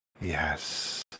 Yes